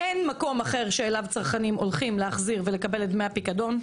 אין מקום אחר שאליו צרכנים הולכים להחזיר ולקבל את דמי הפיקדון.